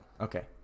Okay